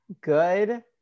good